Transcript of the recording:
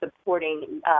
supporting